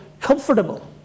comfortable